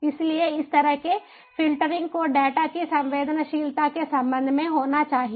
इसलिए इस तरह के फ़िल्टरिंग को डेटा की संवेदनशीलता के संबंध में होना चाहिए